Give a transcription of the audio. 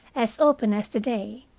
as open as the day.